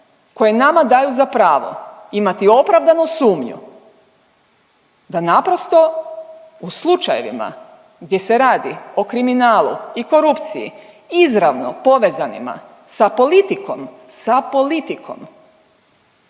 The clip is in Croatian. koje nama daju za pravo, imati opravdanu sumnju da naprosto u slučajevima gdje se radi o kriminalu i korupciji izravno povezanima sa politikom, sa politikom